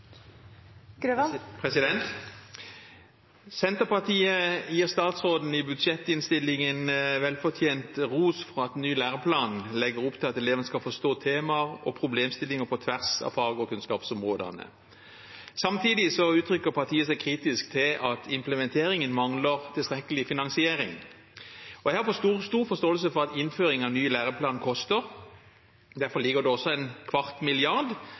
Senterpartiet gir statsråden i budsjettinnstillingen velfortjent ros for at den nye læreplanen legger opp til at eleven skal forstå temaer og problemstillinger på tvers av fag- og kunnskapsområdene. Samtidig uttrykker partiet seg kritisk til at implementeringen mangler tilstrekkelig finansiering. Jeg har stor forståelse for at innføring av ny læreplan koster. Derfor ligger det også en kvart milliard